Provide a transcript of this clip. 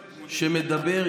שמדבר,